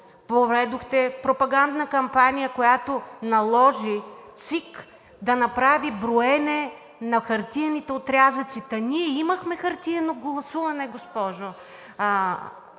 проведохте пропагандна кампания, която наложи ЦИК да направи броене на хартиените отрязъци. Та ние имахме хартиено гласуване, госпожо!